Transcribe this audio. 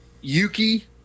Yuki